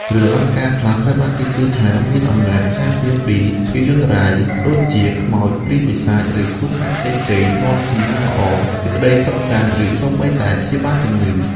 គ្រឿងអលង្ការខ្លះត្រូវបានគេជឿថាមាន អំណាចការពារពីភយន្តរាយ (ដូចជាខ្មោចព្រាយបិសាច ឬគ្រោះថ្នាក់ផ្សេងៗ) នាំ សំណាងល្អ សេចក្តីសុខសាន្ត ឬសូម្បីតែ ព្យាបាលជំងឺ។